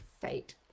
fate